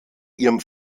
ihrem